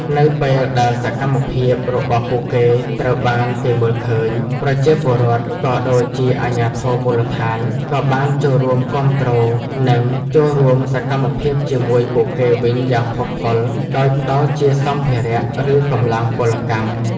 នៅពេលដែលសកម្មភាពរបស់ពួកគេត្រូវបានគេមើលឃើញ ប្រជាពលរដ្ឋ ក៏ដូចជាអាជ្ញាធរមូលដ្ឋាន ក៏បានចូលរួមគាំទ្រ និងចូលរួមសកម្មភាពជាមួយពួកគេវិញយ៉ាងផុសផុល ដោយផ្តល់ជាសម្ភារៈ ឬកម្លាំងពលកម្ម។